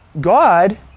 god